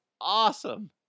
awesome